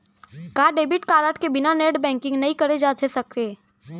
का debit card के बिना नेट बैंकिंग नई करे जाथे सके?